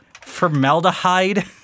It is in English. formaldehyde